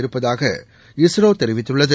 இருப்பதாக இஸ்ரோ தெரிவித்துள்ளது